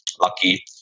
lucky